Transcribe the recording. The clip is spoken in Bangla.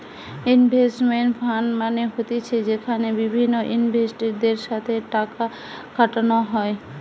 ইনভেস্টমেন্ট ফান্ড মানে হতিছে যেখানে বিভিন্ন ইনভেস্টরদের সাথে টাকা খাটানো হয়